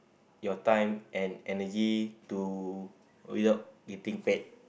your time and energy to without getting paid